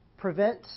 Prevent